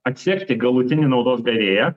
atsekti galutinį naudos gavėją